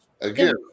Again